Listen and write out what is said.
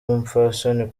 umupfasoni